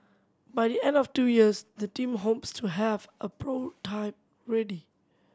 by the end of two years the team hopes to have a ready